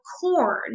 corn